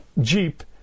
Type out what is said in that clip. jeep